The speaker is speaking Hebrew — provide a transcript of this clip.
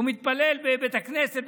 בבית הכנסת,